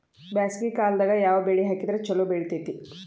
ಬ್ಯಾಸಗಿ ಕಾಲದಾಗ ಯಾವ ಬೆಳಿ ಹಾಕಿದ್ರ ಛಲೋ ಬೆಳಿತೇತಿ?